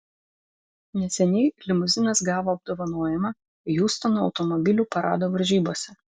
neseniai limuzinas gavo apdovanojimą hjustono automobilių parado varžybose